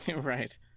Right